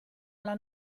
alla